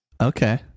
Okay